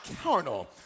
carnal